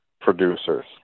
producers